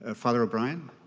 ah father o'brien,